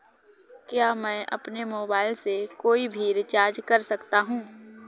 क्या मैं अपने मोबाइल से कोई भी रिचार्ज कर सकता हूँ?